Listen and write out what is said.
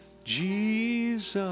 Jesus